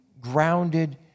grounded